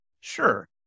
Sure